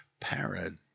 parad